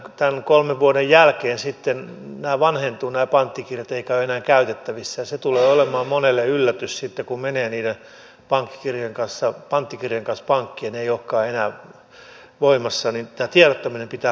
tämän kolmen vuoden jälkeen sitten nämä panttikirjat vanhentuvat eivätkä ole enää käytettävissä ja se tulee olemaan monelle yllätys sitten kun menee niiden panttikirjojen kanssa pankkiin että ne eivät olekaan enää voimassa eli tämä tiedottaminen pitää hoitaa hyvin